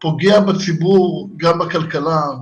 פוגע ציבור, גם בכלכלה.